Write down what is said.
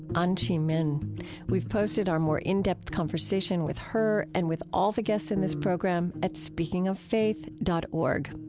anchee min we've posted our more in-depth conversation with her and with all the guests in this program at speakingoffaith dot org.